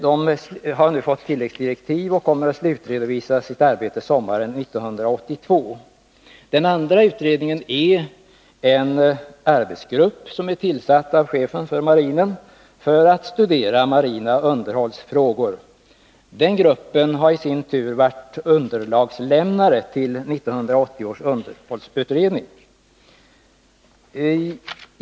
Den får nu tilläggsdirektiv och kommer att slutredovisa sitt arbete sommaren 1982. Den andra utredningen är en arbetsgrupp, som är tillsatt för att studera marina underhållsfrågor. Den gruppen har i sin tur lämnat underlag till 1980 års underhållsutredning.